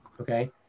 Okay